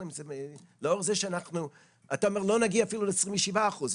לאור זה שאתה אומר שלא נגיע אפילו ל-27 אחוזים,